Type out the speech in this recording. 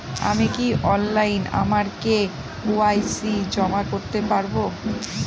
আমি কি অনলাইন আমার কে.ওয়াই.সি জমা করতে পারব?